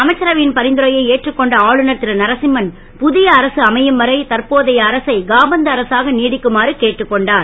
அமைச்சரவை ன் பரிந்துரையை ஏற்றுக் கொண்ட ஆளுநர் ரு நரசிம்மன் பு ய அரசு அமையும் வரை தற்போதைய அரசை காபந்து அரசாக நீடிக்குமாறு கேட்டுக் கொண்டார்